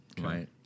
right